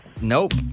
nope